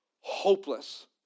hopeless